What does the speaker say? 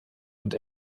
und